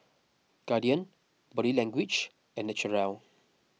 Guardian Body Language and Naturel